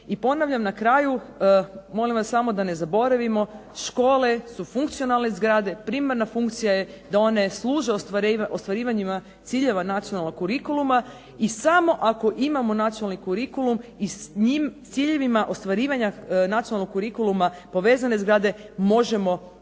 I ponavljam na kraju, molim vas samo da ne zaboravimo, škole su funkcionalne zgrade, primarna funkcija je da one služe ostvarivanjima ciljeva Nacionalnog kurikuluma. I samo ako imamo Nacionalni kurikulum i s ciljevima ostvarivanja Nacionalnog kurikuluma povezane zgrade možemo zapravo